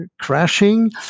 crashing